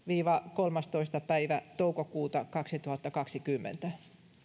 kolmastoista päivä toukokuuta kaksituhattakaksikymmentä